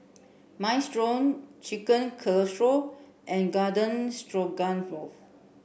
Minestrone Chicken Casserole and Garden Stroganoff